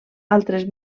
altres